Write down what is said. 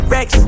Rex